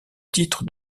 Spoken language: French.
titre